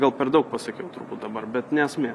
gal per daug pasakiau turbūt dabar bet ne esmė